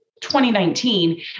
2019